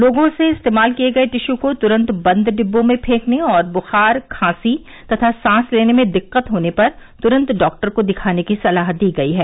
लोगों से इस्तेमाल किये गए टिशू को तुरंत बंद डिब्बों में फेंकने और बुखार खांसी तथा सांस लेने में दिक्कत होने पर तुरंत डॉक्टर को दिखाने की सलाह दी गयी है